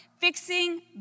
Fixing